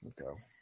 Okay